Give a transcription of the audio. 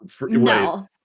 No